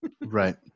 right